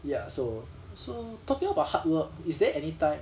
ya so so talking about hard work is there anytime